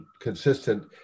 consistent